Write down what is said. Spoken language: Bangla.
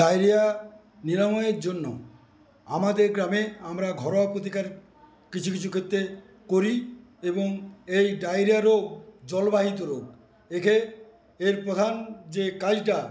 ডায়রিয়া নিরাময়ের জন্য আমাদের গ্রামে আমরা ঘরোয়া প্রতিকার কিছু কিছু ক্ষেত্রে করি এবং এই ডায়রিয়া রোগ জলবাহিত রোগ একে এর প্রধান যে কাজটা